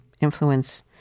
influence